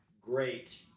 great